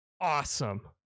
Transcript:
awesome